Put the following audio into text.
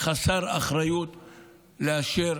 לאשר